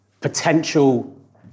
potential